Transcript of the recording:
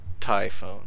Typhoon